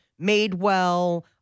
Madewell